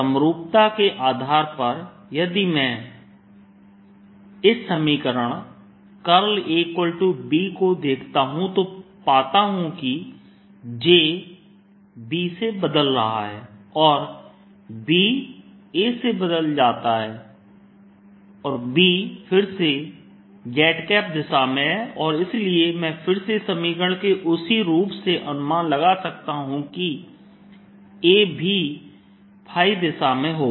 समरूपता के आधार पर यदि मैं इस समीकरण AB को देखता हूं तो पाता हूं कि J B से बदल जाता है और B A से बदल जाता है और B फिर से z दिशा में है और इसलिए मैं फिर से समीकरण के उसी रूप से अनुमान लगा सकता हूं कि A भी दिशा में होगा